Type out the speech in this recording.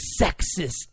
sexist